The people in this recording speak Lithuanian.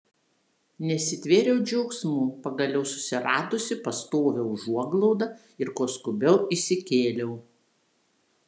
nesitvėriau džiaugsmu pagaliau susiradusi pastovią užuoglaudą ir kuo skubiau įsikėliau